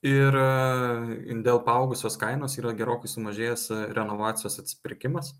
ir ir dėl paaugusios kainos yra gerokai sumažėjęs renovacijos atsipirkimas